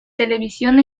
televisión